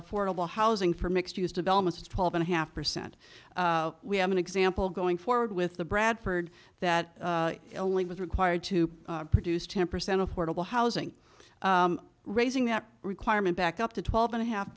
affordable housing for mixed use development is twelve and a half percent we have an example going forward with the bradford that illingworth required to produce ten percent affordable housing raising that requirement back up to twelve and a half